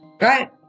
Right